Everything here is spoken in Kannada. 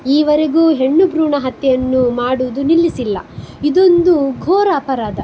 ಈವರೆಗೂ ಹೆಣ್ಣು ಭ್ರೂಣ ಹತ್ಯೆಯನ್ನು ಮಾಡೋದು ನಿಲ್ಲಿಸಿಲ್ಲ ಇದೊಂದು ಘೋರ ಅಪರಾಧ